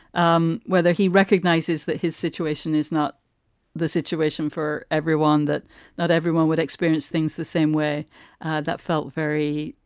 um whether he recognizes that his situation is not the situation for everyone, that not everyone would experience things the same way that felt very,